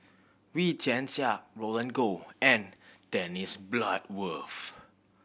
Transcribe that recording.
Wee Tian Siak Roland Goh and Dennis Bloodworth